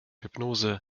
hypnose